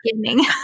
beginning